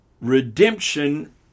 redemption